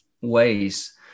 ways